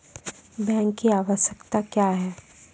Bank की आवश्यकता क्या हैं?